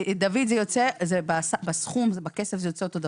רגע, דוד, זה יוצא, בסכום, בכסף זה יוצא אותו דבר.